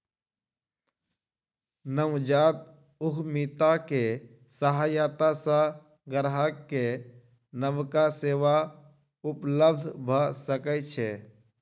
नवजात उद्यमिता के सहायता सॅ ग्राहक के नबका सेवा उपलब्ध भ सकै छै